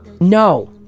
No